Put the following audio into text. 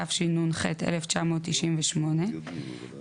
התשנ"ח 1998‏,